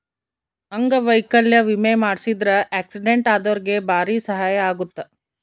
ಅಂಗವೈಕಲ್ಯ ವಿಮೆ ಮಾಡ್ಸಿದ್ರ ಆಕ್ಸಿಡೆಂಟ್ ಅದೊರ್ಗೆ ಬಾರಿ ಸಹಾಯ ಅಗುತ್ತ